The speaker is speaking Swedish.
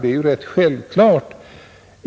Det är ju rätt självklart.